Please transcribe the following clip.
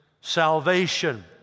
salvation